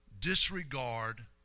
disregard